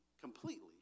completely